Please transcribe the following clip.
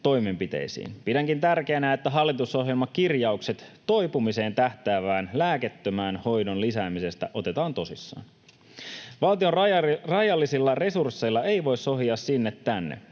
Pidänkin tärkeänä, että hallitusohjelmakirjaukset toipumiseen tähtäävän lääkkeettömän hoidon lisäämisestä otetaan tosissaan. Valtion rajallisilla resursseilla ei voi sohia sinne tänne.